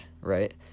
right